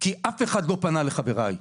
כי אף אחד לא פנה לחבריי.